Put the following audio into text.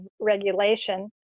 regulation